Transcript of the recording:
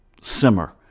simmer